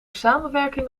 samenwerking